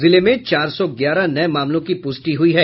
जिले में चार सौ ग्यारह नये मामलों की पुष्टि हुई है